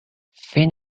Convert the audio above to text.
finn